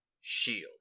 Shield